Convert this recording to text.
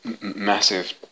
massive